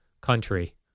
country